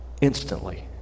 instantly